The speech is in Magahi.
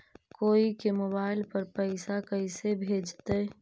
कोई के मोबाईल पर पैसा कैसे भेजइतै?